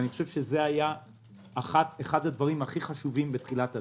זה היה אחד הדברים הכי חשובים בתחילת הדרך.